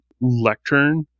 lectern